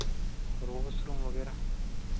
और वॉसरूम वगैरह